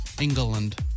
England